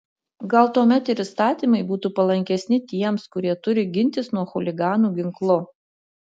gal tuomet ir įstatymai būtų palankesni tiems kurie turi gintis nuo chuliganų ginklu